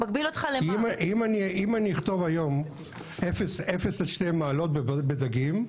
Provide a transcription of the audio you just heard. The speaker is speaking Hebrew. אם אני אכתוב היום 0 עד 2 מעלות בדגים,